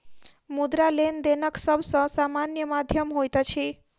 मुद्रा, लेनदेनक सब सॅ सामान्य माध्यम होइत अछि